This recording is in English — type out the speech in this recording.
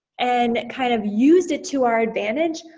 and kind of used it to our advantage,